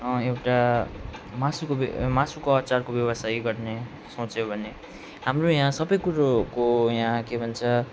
एउटा मासुको व्य मासुको अचारको व्यवसाय गर्ने सोच्यौँ भने हाम्रो यहाँ सबैकुरोको यहाँ के भन्छ